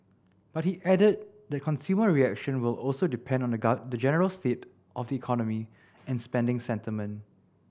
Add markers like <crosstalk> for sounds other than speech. but he added that consumer reaction will also depend on the <unintelligible> general state of the economy and spending sentiment